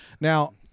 Now